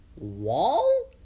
wall